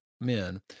men